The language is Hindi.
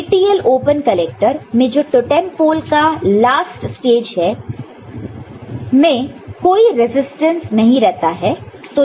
TTL ओपन कलेक्टर में जो टोटेम पोल का लास्ट स्टेज है मैं कोई रजिस्टेंस नहीं रहता है